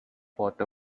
water